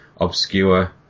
obscure